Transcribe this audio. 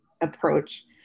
approach